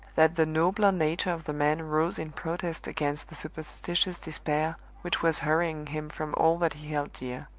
that the nobler nature of the man rose in protest against the superstitious despair which was hurrying him from all that he held dear.